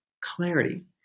clarity